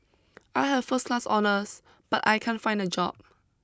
I have first class honours but I can't find a job